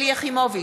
שלי יחימוביץ,